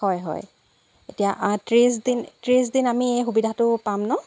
হয় হয় এতিয়া ত্ৰিছ দিন ত্ৰিছ দিন আমি সুবিধাটো পাম ন